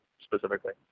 specifically